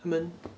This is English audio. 他们